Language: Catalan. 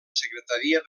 secretaria